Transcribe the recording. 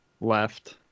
left